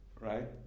right